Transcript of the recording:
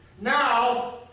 now